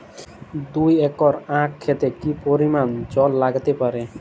দুই একর আক ক্ষেতে কি পরিমান জল লাগতে পারে?